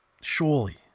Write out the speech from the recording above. Surely